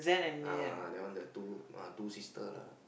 uh that one the two uh two sister lah